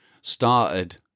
started